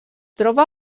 troba